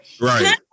right